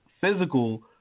physical